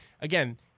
again